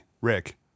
Rick